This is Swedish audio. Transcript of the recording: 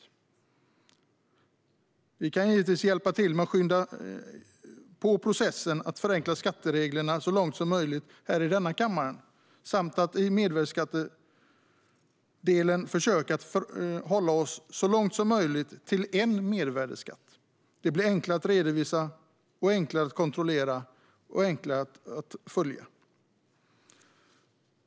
Vi kan givetvis i denna kammare hjälpa till med att skynda på processen för att förenkla skattereglerna så långt som möjligt samt när det gäller mervärdesskatten försöka att så långt som möjligt hålla oss till en mervärdesskattesats. Det blir enklare att redovisa, kontrollera och följa.